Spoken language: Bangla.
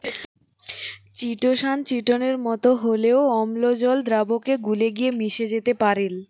চিটোসান চিটোনের মতো হলেও অম্লজল দ্রাবকে গুলে গিয়ে মিশে যেতে পারেল